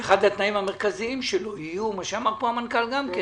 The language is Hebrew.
אחד התנאים המרכזיים שלו יהיה מה שאמר פה המנכ"ל גם כן,